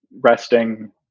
resting